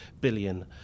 billion